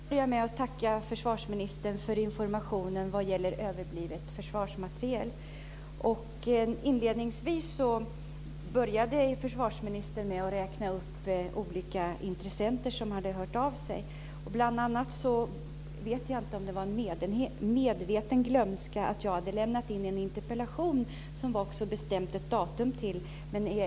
Fru talman! Jag vill också börja med att tacka försvarsministern för informationen vad gäller överbliven försvarsmateriel. Försvarsministern inledde med att räkna upp olika intressenter som hade hört av sig. Jag vet inte om det var medveten glömska att jag hade väckt en interpellation som det fanns ett bestämt svarsdatum till.